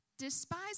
Despise